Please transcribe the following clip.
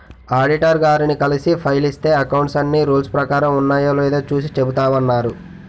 auditor గారిని కలిసి file ఇస్తే అకౌంట్స్ అన్నీ రూల్స్ ప్రకారం ఉన్నాయో లేదో చూసి చెబుతామన్నారు